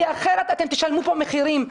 כי אחרת אתם תשלמו פה מחירים.